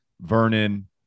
Vernon